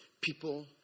people